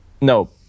No